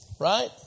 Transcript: right